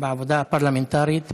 בעבודה הפרלמנטרית,